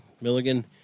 Milligan